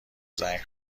زنگ